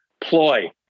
ploy